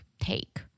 take